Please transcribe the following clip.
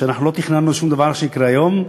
שאנחנו לא תכננו שום דבר שיקרה היום.